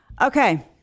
Okay